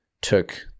took